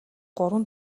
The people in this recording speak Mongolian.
гурван